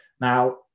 Now